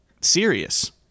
serious